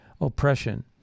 oppression